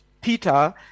Peter